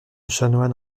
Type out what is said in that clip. chanoine